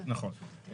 נכון.